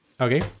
Okay